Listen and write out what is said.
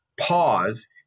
pause